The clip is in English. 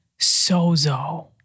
sozo